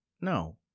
No